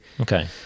okay